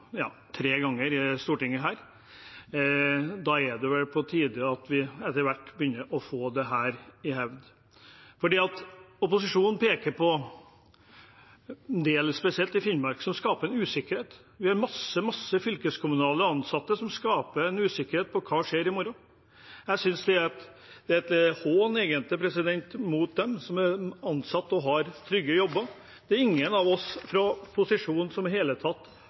etter hvert begynner å få dette i hevd. Opposisjonen peker på at dette – det gjelder spesielt i Finnmark – skaper usikkerhet. Det skapes en usikkerhet for mange fylkeskommunalt ansatte om hva som skjer i morgen. Jeg synes egentlig det er en hån mot dem som er ansatt og har trygge jobber. Det er ingen av oss fra posisjonen som har skapt usikkerhet rundt det i det hele tatt,